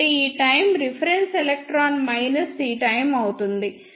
కాబట్టి ఈ time reference electron minus ఈ టైమ్ అవుతుంది